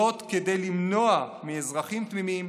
זאת כדי למנוע מאזרחים תמימים